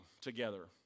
together